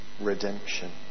redemption